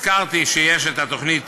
הזכרתי שיש התוכנית